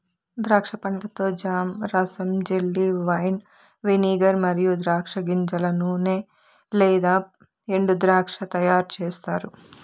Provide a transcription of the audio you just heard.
ద్రాక్ష పండ్లతో జామ్, రసం, జెల్లీ, వైన్, వెనిగర్ మరియు ద్రాక్ష గింజల నూనె లేదా ఎండుద్రాక్ష తయారుచేస్తారు